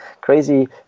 crazy